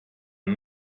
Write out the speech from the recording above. and